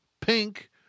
pink